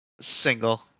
single